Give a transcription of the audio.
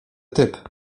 typ